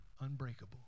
unbreakable